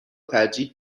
ترجیح